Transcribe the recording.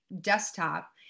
desktop